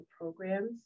programs